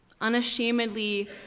unashamedly